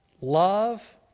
love